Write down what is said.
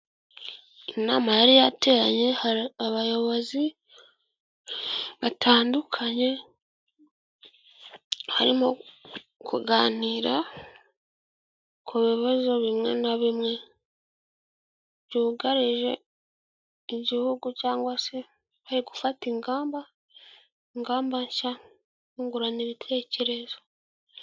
Inama yari yateranye abayobozi batandukanye barimo kuganira ku bibazo bimwe na bimwe byugarije igihugu, cyangwa se bari gufata ingamba, ingamba nshya zungurana ibitekerezo.